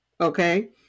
okay